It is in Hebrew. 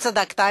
צדקת,